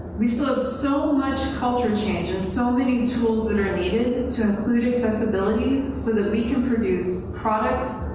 we still have so much culture change in so many tools that are needed to include accessibility's, so that we can produce products,